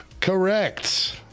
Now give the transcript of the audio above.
Correct